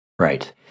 Right